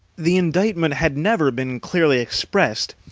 the indictment had never been clearly expressed,